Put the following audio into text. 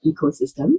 ecosystem